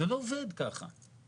זה לא עובד ככה.